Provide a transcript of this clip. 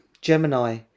Gemini